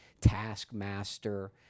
taskmaster